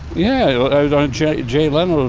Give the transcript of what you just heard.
yeah, i was on jay jay leno